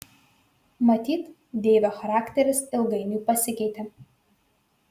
matyt deivio charakteris ilgainiui pasikeitė